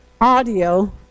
audio